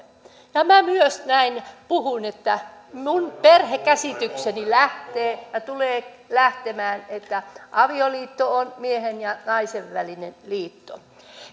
ja minä myös näin puhun että minun perhekäsitykseni lähtee ja tulee lähtemään siitä että avioliitto on miehen ja naisen välinen liitto kun